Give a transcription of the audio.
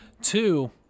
Two